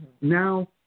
now